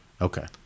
Okay